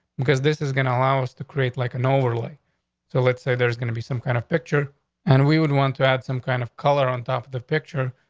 because this is going to allow us to create, like an overly so let's say there's gonna be some kind of picture and we would want to add some kind of color on top of the picture.